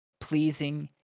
pleasing